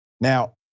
Now